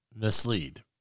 mislead